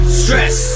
stress